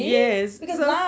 yes